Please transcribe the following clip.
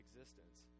existence